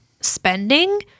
spending